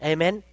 Amen